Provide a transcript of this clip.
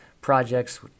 projects